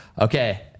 Okay